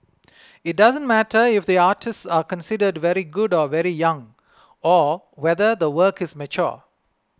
it doesn't matter if the artists are considered very good or very young or whether the work is mature